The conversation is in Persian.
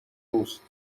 دوست